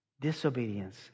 Disobedience